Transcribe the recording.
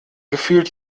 gefühlt